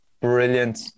brilliant